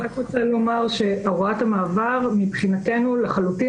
אני רק רוצה לומר שהוראת המעבר מבחינתנו לחלוטין